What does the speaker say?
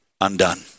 undone